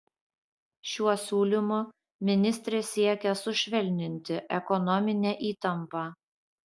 šiuo siūlymu ministrė siekia sušvelninti ekonominę įtampą